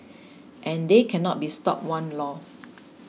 and they cannot be stopped one lor